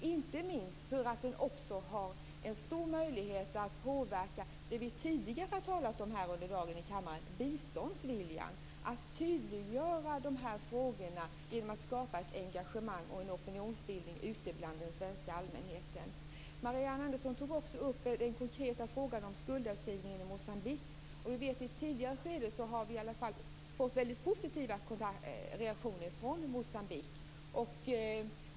Inte minst har den en stor möjlighet att påverka det som vi tidigare under dagen här i kammaren har talat om, nämligen biståndsviljan, att tydliggöra de här frågorna genom att skapa ett engagemang och en opinionsbildning ute bland den svenska allmänheten. Marianne Andersson tog också upp den konkreta frågan om skuldavskrivningen i Moçambique. I ett tidigare skede har vi fått väldigt positiva reaktioner från Moçambique.